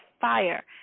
fire